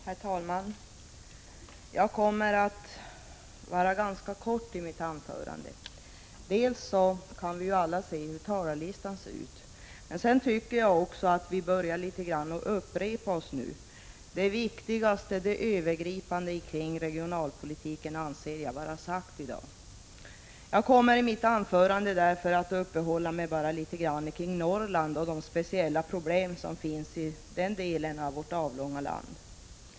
Herr talman! Jag kommer att fatta mig ganska kort. Dels kan vi alla se hur talarlistan ser ut, dels tycker jag att vi börjar att litet grand upprepa oss nu. Det viktigaste, det som gäller de övergripande frågorna inom regionalpolitiken, anser jag vara sagt i dag. Jag kommer därför i mitt anförande att uppehålla mig kring Norrland och de speciella problem som finns i den delen av vårt avlånga land.